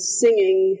singing